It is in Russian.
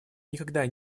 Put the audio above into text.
никогда